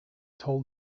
told